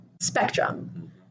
spectrum